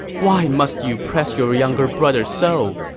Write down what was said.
why must you press your younger brother so?